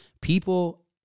people